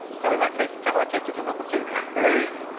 so in that case, can i take you to number two now? hey!